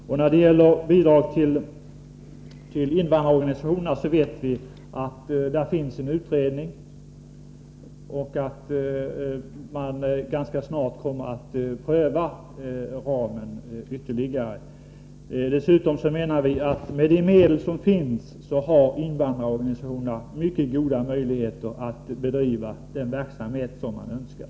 Vi vet att det finns en utredning som sysslar med bidragen till invandrarorganisationerna och att man ganska snart kommer att pröva ramen ytterligare. Dessutom menar vi att invandrarorganisationerna med de medel som står till förfogande har mycket goda möjligheter att bedriva den verksamhet som de önskar.